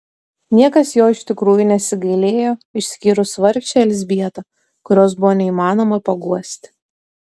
niekas jo iš tikrųjų nesigailėjo išskyrus vargšę elzbietą kurios buvo neįmanoma paguosti